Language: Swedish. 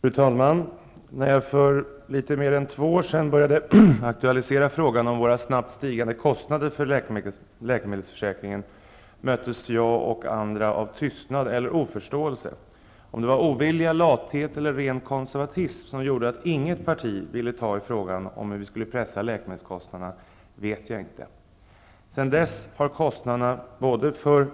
Fru talman! När jag för litet mer än två år sedan började aktualisera frågan om våra snabbt stigande kostnader för läkemedelsförsäkringen möttes jag och andra av tystnad eller oförståelse. Om det var ovilja, lathet eller ren konservatism som gjorde att inget parti ville ta i frågan om hur vi skulle pressa läkemedelskostnaderna vet jag inte. Sedan dess har kostnaderna både för